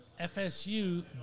FSU